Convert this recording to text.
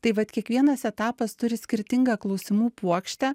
tai vat kiekvienas etapas turi skirtingą klausimų puokštę